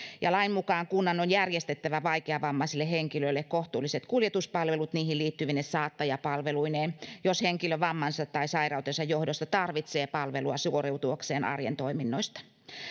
ja lain mukaan kunnan on järjestettävä vaikeavammaiselle henkilölle kohtuulliset kuljetuspalvelut niihin liittyvine saattajapalveluineen jos henkilö vammansa tai sairautensa johdosta tarvitsee palvelua suoriutuakseen arjen toiminnoista